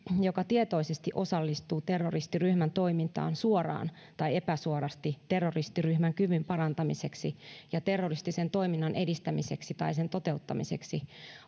joka tietoisesti osallistuu terroristiryhmän toimintaan suoraan tai epäsuorasti terroristiryhmän kyvyn parantamiseksi ja terroristisen toiminnan edistämiseksi tai sen toteuttamiseksi